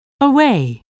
away